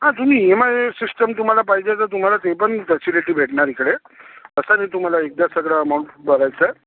हां तुम्ही E M I system तुम्हाला पाहिजे तर तुम्हाला ते पण फॅसिलिटी भेटणार इकडे तसं नाही तुम्हाला एकदा सगळं अमाऊंट भरायचं आहे